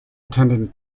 attended